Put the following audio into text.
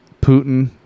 Putin